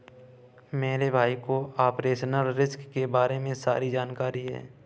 मेरे भाई को ऑपरेशनल रिस्क के बारे में सारी जानकारी है